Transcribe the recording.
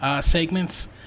segments